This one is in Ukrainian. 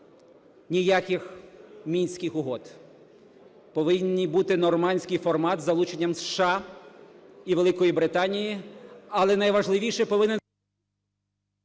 Ніяких Мінських угод. Повинен бути нормандський формат із залученням США і Великої Британії.